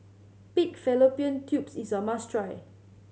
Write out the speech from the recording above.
pig fallopian tubes is a must try